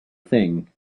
thing